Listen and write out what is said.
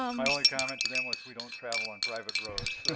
um my only comment to them was we don't travel on private roads.